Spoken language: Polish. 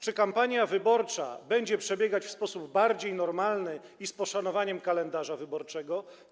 Czy kampania wyborcza będzie przebiegać w sposób bardziej normalny i z poszanowaniem kalendarza wyborczego?